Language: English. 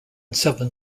seven